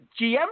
GM